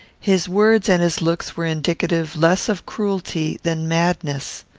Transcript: his words and his looks were indicative less of cruelty than madness.